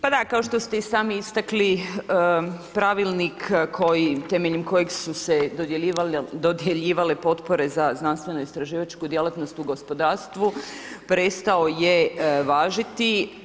Pa da, kao što ste i sami istakli, pravilnik temeljem kojeg su se dodjeljivale potpore za znanstveno istraživačku djelatnost u gospodarstvu, prestao je važiti.